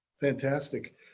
Fantastic